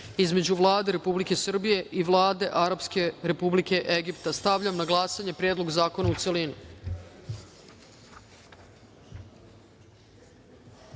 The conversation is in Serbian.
između Vlade Republike Srbije i Vlade Arapske Republike Egipta. Stavljam na glasanje Predlog zakona, u